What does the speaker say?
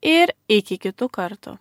ir iki kitų kartų